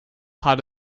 part